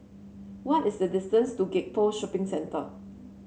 what is the distance to Gek Poh Shopping Centre